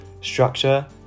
structure